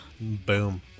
Boom